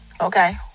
Okay